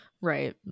Right